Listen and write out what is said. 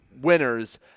winners